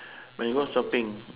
when you go shopping